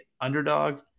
underdog